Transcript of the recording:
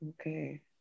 Okay